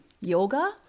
Yoga